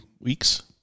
Weeks